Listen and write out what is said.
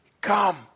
Come